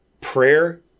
prayer